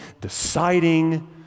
deciding